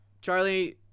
Charlie